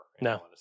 No